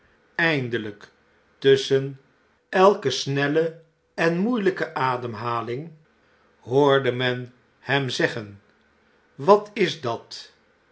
eindelijk tusschen elke snelle en moeielgke ademhaling hoordemen hem zeggen wat is dat